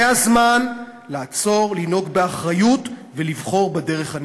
זה הזמן לעצור, לנהוג באחריות ולבחור בדרך הנכונה.